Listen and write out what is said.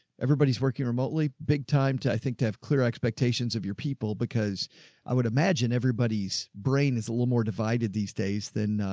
everybody's working remotely big time to, i think to have clear expectations of your people because i would imagine everybody's brain is a little more divided these days than,